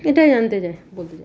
এটাই জানতে চাই বলতে চাই